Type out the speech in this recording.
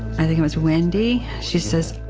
i think it was windy, she says,